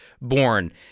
born